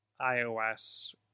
iOS